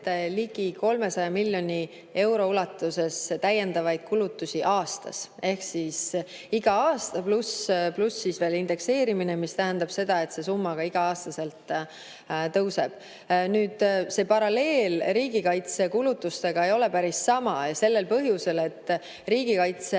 ligi 300 miljoni euro ulatuses lisakulutusi aastas, igal aastal, pluss veel indekseerimine, mis tähendab seda, et see summa igal aastal tõuseb. See paralleel riigikaitsekulutustega ei ole päris sama, sellel põhjusel, et riigikaitseotsused